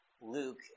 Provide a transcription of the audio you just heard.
Luke